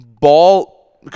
Ball